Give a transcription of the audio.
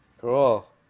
Cool